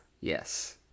yes